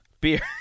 Beer